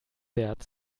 bert